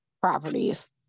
properties